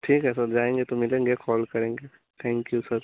ठीक है सर जाएँगे तो मिलेंगे कॉल करेंगे थैन्क यू सर